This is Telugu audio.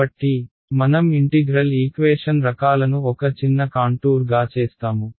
కాబట్టి మనం ఇంటిగ్రల్ ఈక్వేషన్ రకాలను ఒక చిన్న కాంటూర్ గా చేస్తాము